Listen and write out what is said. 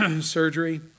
surgery